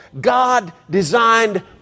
God-designed